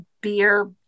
beer